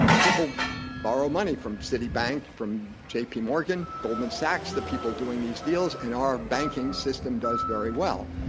people borrow money from citibank, from jp morgan goldman sachs, the people doing these deals, and our banking system does very well.